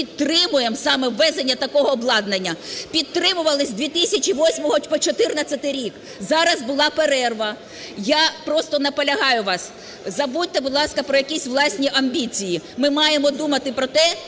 підтримуємо саме ввезення такого обладнання. Підтримували з 2008 по 14-й рік, зараз була перерва. Я просто наполягаю вас, забудьте, будь ласка, про якісь власні амбіції, ми маємо думати про те,